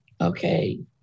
Okay